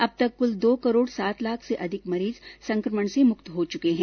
अब तक कुल दो करोड़ सात लाख से अधिक मरीज संक्रमण से मुक्त हो चुके है